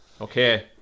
Okay